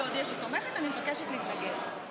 מבקשת להתנגד.